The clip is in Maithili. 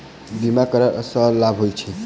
बीमा करैला सअ की लाभ होइत छी?